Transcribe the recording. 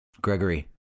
Gregory